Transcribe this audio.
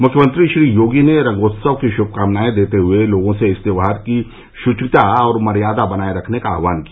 मुख्यमंत्री श्री योगी ने रंगोत्सव की शुभकामनाए देते हुए लोगों से इस त्यौहार की शुचिता और मर्यादा बनाये रखने का आह्वान किया